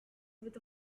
with